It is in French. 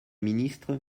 ministre